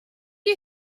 you